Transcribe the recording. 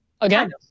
again